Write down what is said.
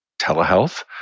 telehealth